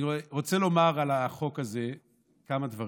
אני רוצה לומר על החוק הזה כמה דברים.